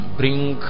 bring